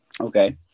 Okay